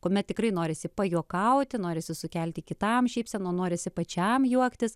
kuomet tikrai norisi pajuokauti norisi sukelti kitam šypseną norisi pačiam juoktis